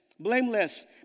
Blameless